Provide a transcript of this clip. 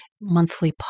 monthly